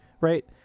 Right